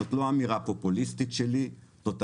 זאת לא אמירה פופוליסטית שלי אלא זאת